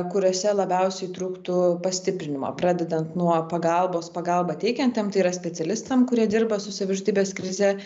kuriose labiausiai trūktų pastiprinimo pradedant nuo pagalbos pagalbą teikiantiem tai yra specialistam kurie dirba su savižudybės krize